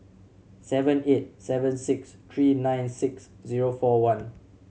seven eight seven six three nine six zero four one